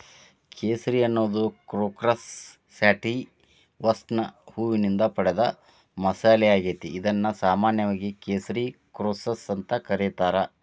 ಕೇಸರಿ ಅನ್ನೋದು ಕ್ರೋಕಸ್ ಸ್ಯಾಟಿವಸ್ನ ಹೂವಿನಿಂದ ಪಡೆದ ಮಸಾಲಿಯಾಗೇತಿ, ಇದನ್ನು ಸಾಮಾನ್ಯವಾಗಿ ಕೇಸರಿ ಕ್ರೋಕಸ್ ಅಂತ ಕರೇತಾರ